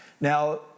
Now